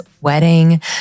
wedding